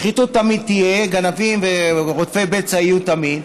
שחיתות תמיד תהיה, גנבים ורודפי בצע תמיד יהיו,